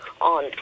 on